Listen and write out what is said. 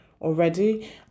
Already